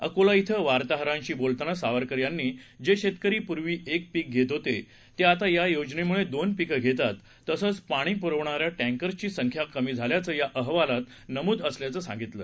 अकोला शिं वार्ताहरांशी बोलताना सावरकर यांनी जे शेतकरी पूर्वी एक पीक घेत होते ते आता या योजनेमुळे दोन पीकं घेतात तसंच पाणी पुरवणाऱ्या टॅंकर्सची संख्या कमी झाल्याचं या अहवालात नमूद असल्याचं सांगितलं